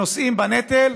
שנושאים בנטל: